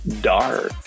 Dark